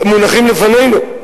מונחים לפנינו.